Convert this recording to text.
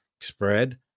spread